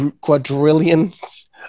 quadrillions